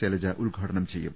ശൈലജ ഉദ്ഘാടനം ചെയ്യും